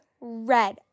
red